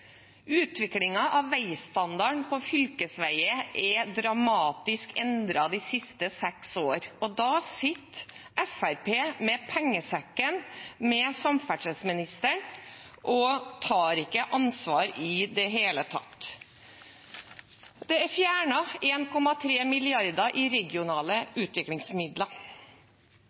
av veistandarden på fylkesveiene er dramatisk endret de siste seks årene, og Fremskrittspartiet sitter med pengesekken og med samferdselsministeren og tar ikke ansvar i det hele tatt. Det er fjernet 1,3 mrd. kr i regionale utviklingsmidler.